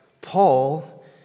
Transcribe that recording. Paul